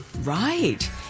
Right